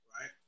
right